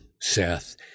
Seth